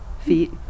feet